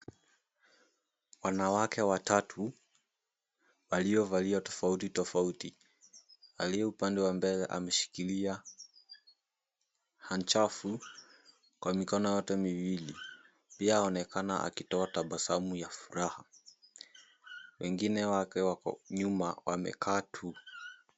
𝑊anawake watatu waliovalia tofauti tofauti. Aliye upande wa mbele ameshikilia hanchafu kwa mikono yote miwili. Pia aonekana akitoa tabasamu ya furaha. Wengine wake wako nyuma wamekaa tu.